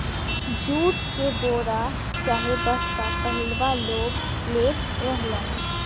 jute के बोरा चाहे बस्ता पहिलवां लोग लेत रहलन